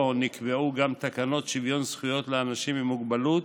נקבעו גם תקנות שוויון זכויות לאנשים עם מוגבלות